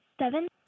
Seven